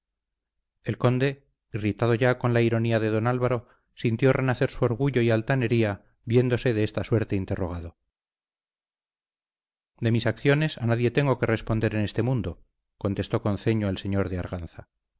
el conde irritado ya con la ironía de don álvaro sintió renacer su orgullo y altanería viéndose de esta suerte interrogado de mis acciones a nadie tengo que responder en este mundo contestó con ceño el señor de